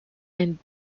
and